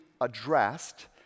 addressed